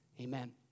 amen